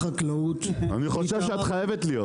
אני חושב שאת חייבת להיות.